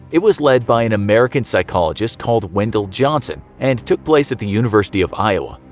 it was led by an american psychologist called wendell johnson and took place at the university of iowa.